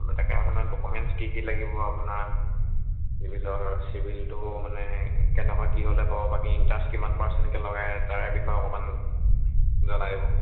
বোলো তাকে আপোনাৰ ডকুমেণ্টছ কি কি লাগিব আপোনাৰ চিভিলটো মানে কেনেকুৱা কি হ'লে পাব বাকী ইণ্টাৰেষ্ট কিমান পাৰ্চেণ্টকৈ লগাই তাৰে বিষয়ে অকণমান জনাই দিব